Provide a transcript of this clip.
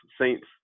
Saints